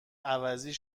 عوضی